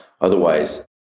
Otherwise